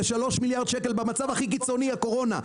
זה 3 מיליארד שקל במצב הכי קיצוני, הקורונה.